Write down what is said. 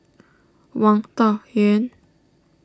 Wang Dayuan